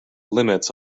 limits